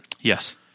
Yes